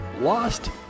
lost